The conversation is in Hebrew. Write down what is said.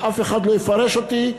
שאף אחד לא יפרש אותי,